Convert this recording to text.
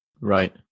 Right